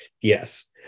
yes